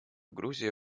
грузия